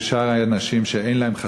כשאר האנשים שאין להם,